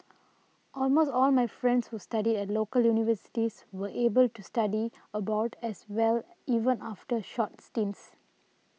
almost all my friends who studied at local universities were able to study abroad as well even after short stints